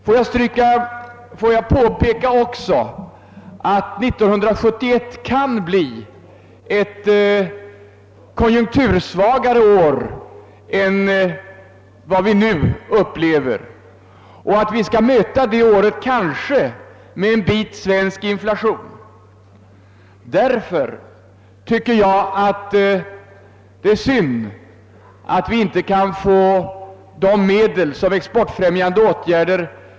Får jag också peka på att 1971 kan bli ett konjunktursvagare år än det vi nu upplever och att vi kanske skall möta det året med en bit svensk inflation. Därför tycker jag att det är synd att vi inte kan få de medel som behövs för exportfrämjande åtgärder.